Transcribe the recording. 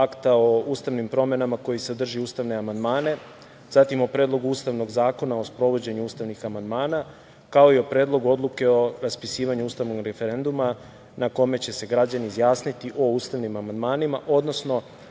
o ustavnim promenama koji sadrži ustavne amandmane, zatim o Predlogu Ustavnog zakona o sprovođenju ustavnih amandman, kao i o Predlogu odluke o raspisivanju ustavnog referenduma na kome će se građani izjasniti o ustavnim amandmanima, odnosno,